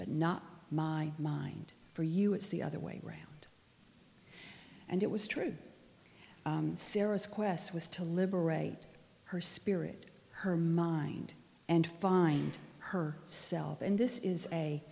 but not my mind for you it's the other way round and it was true sarah's quest was to liberate her spirit her mind and find her self and this is a